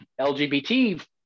LGBT